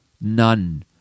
none